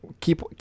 keep